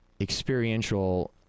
experiential